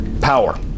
power